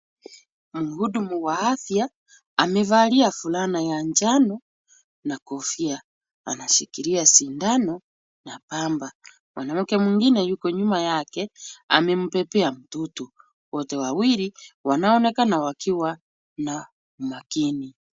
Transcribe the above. Mhudumu wa afya amevalia fulana ya njano na kofia. Anashikilia sindano na pamba. Mwanamke mwingine yuko nyuma yake amembebea mtoto. Wote wawili wanaonekana wakiwa na umakini.